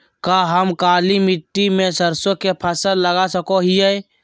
का हम काली मिट्टी में सरसों के फसल लगा सको हीयय?